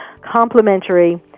complimentary